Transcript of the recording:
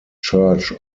church